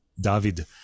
David